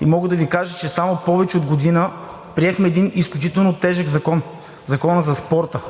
и мога да Ви кажа, че само преди повече от година приехме един изключително тежък закон – Законът за спорта.